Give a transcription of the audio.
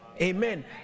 amen